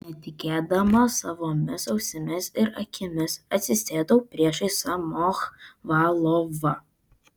netikėdama savomis ausimis ir akimis atsisėdau priešais samochvalovą